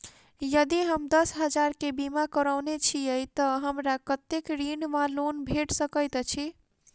यदि हम दस हजार केँ बीमा करौने छीयै तऽ हमरा कत्तेक ऋण वा लोन भेट सकैत अछि?